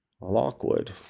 Lockwood